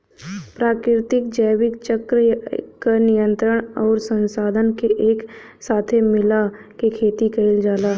प्राकृतिक जैविक चक्र क नियंत्रण आउर संसाधन के एके साथे मिला के खेती कईल जाला